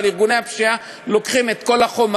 אבל ארגוני פשיעה לוקחים את כל החומר,